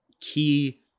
key